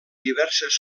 diverses